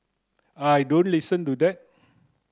I don't listen to that